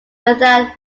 without